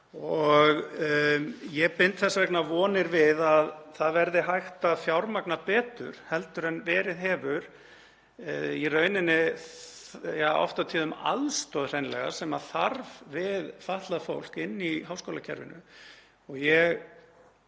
Ég bind þess vegna vonir við að það verði hægt að fjármagna betur en verið hefur í rauninni oft og tíðum aðstoð hreinlega sem þarf við fatlað fólk inni í háskólakerfinu. Ég